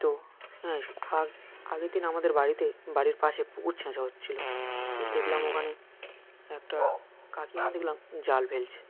তো হ্যাঁ সে আগ আগের দিন আমাদের বাড়িতে বাড়ির পাশে পুকুর ছেঁচা হচ্ছিলো তো দেখলাম ওখানে একটা কাকিমা দেখলাম জাল ফেলছে